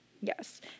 Yes